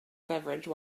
beverage